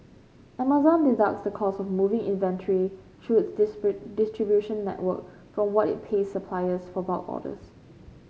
Amazon deducts the cost of moving inventory through its dispute distribution network from what it pays suppliers for bulk orders